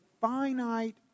finite